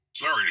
Sorry